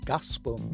Gospel